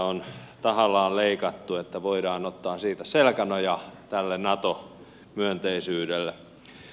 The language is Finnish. on tahallaan leikattu että voidaan ottaa siitä selkänoja tälle nato myönteisyydelle